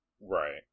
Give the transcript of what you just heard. Right